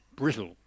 brittle